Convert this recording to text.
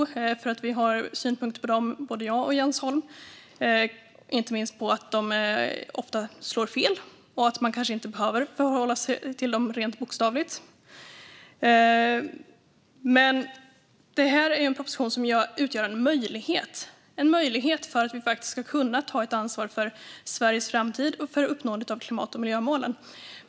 Både jag och Jens Holm har synpunkter på dem, inte minst på att de ofta slår fel. Man kanske inte behöver förhålla sig till dem rent bokstavligt. Det här är en proposition som utgör en möjlighet för oss att ta ansvar för Sveriges framtid och för uppnåendet av klimat och miljömålen.